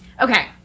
Okay